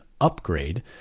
upgrade